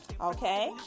okay